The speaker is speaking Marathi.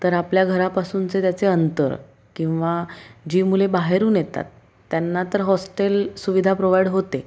तर आपल्या घरापासूनचे त्याचे अंतर किंवा जी मुले बाहेरून येतात त्यांना तर हॉस्टेल सुविधा प्रोवाइड होते